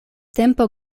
tempo